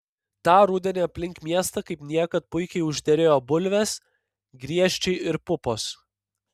tą rudenį aplink miestą kaip niekad puikiai užderėjo bulvės griežčiai ir pupos